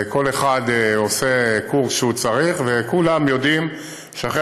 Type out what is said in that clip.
כל אחד עושה קורס כשהוא צריך וכולם יודעים שאחרי